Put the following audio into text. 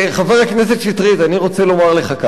חבר הכנסת שטרית, אני רוצה לומר לך כך: